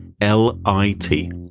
L-I-T